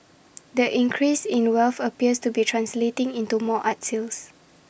that increase in wealth appears to be translating into more art sales